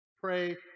pray